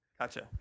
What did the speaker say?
Gotcha